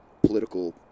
political